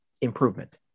improvement